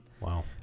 Wow